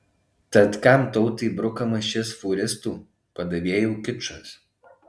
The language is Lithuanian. tad kam tautai brukamas šis fūristų padavėjų kičas